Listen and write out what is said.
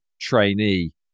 trainee